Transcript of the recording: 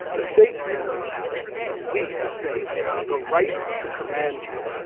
the state says we, the state, have the right to command you,